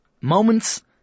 Moments